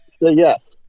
yes